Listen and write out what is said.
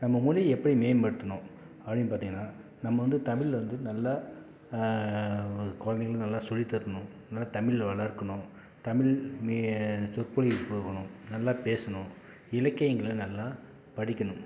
நம்ம மொழி எப்படி மேம்படுத்தணும் அப்படின்னு பார்த்தீங்கன்னா நம்ம வந்து தமிழ்ல வந்து நல்லா குழந்தைங்களுக்கு நல்லா சொல்லி தரணும் நல்லா தமிழை வளர்க்கணும் தமில் நி சொற்பொழிவு போகணும் நல்லா பேசணும் இலக்கியங்களை நல்லா படிக்கணும்